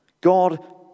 God